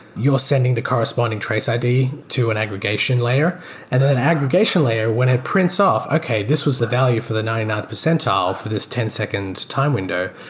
you're sending the corresponding trace id to an aggregation layer. and then an aggregation layer when it prints off, okay, this was the value for the ninety ninth percentile for this ten second time window,